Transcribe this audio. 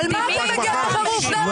פעם ראשונה שזה --- על מה אתה מגן בחירוף נפש?